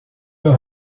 meu